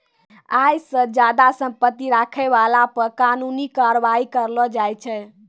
आय से ज्यादा संपत्ति रखै बाला पे कानूनी कारबाइ करलो जाय छै